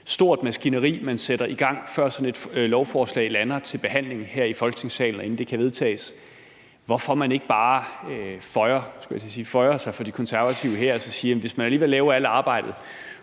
stort maskineri, man sætter i gang, før sådan et lovforslag lander til behandling her i Folketingssalen, og inden det kan vedtages – hvorfor man ikke bare føjer sig for De Konservative her og så siger, at man, når man alligevel laver alt arbejdet,